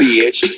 bitch